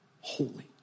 holy